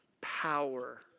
Power